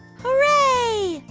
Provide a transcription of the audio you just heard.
hooray!